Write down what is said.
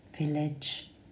village